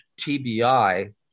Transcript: TBI